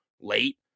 late